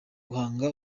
guhanga